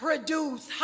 Produce